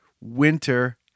winter